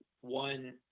one